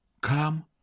Come